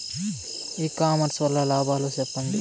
ఇ commerce వల్ల లాభాలు సెప్పండి?